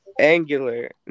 angular